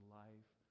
life